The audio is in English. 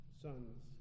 sons